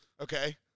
okay